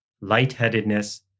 lightheadedness